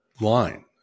line